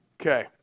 Okay